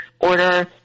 order